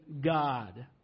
God